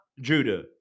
Judah